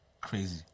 Crazy